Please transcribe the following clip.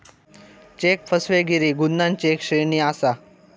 check फसवेगिरी गुन्ह्यांची एक श्रेणी आसा